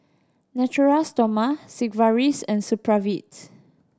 Natura Stoma Sigvaris and Supravit